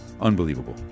unbelievable